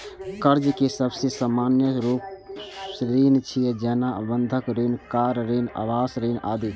कर्ज के सबसं सामान्य रूप ऋण छियै, जेना बंधक ऋण, कार ऋण, आवास ऋण आदि